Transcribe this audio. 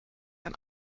ein